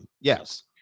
Yes